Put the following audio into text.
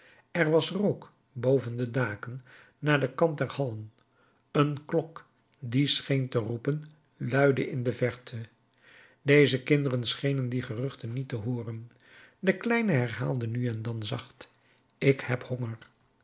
er was rook boven de daken naar den kant der hallen een klok die scheen te roepen luidde in de verte deze kinderen schenen die geruchten niet te hooren de kleine herhaalde nu en dan zacht ik heb